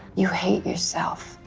you hate yourself.